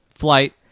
flight